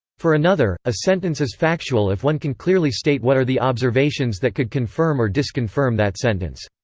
for another, a sentence is factual if one can clearly state what are the observations that could confirm or disconfirm that sentence.